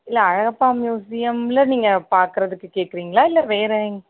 இல்லை அழகப்பா மியூசியமில் நீங்கள் பார்க்கறதுக்கு கேட்கறீங்களா இல்லை வேறு எங்